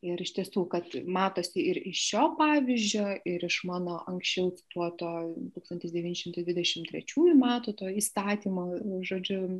ir iš tiesų kad matosi ir iš šio pavyzdžio ir iš mano anksčiau cituoto tūkstantis devyni šimtai dvidešimt trečiųjų metų to įstatymo žodžiu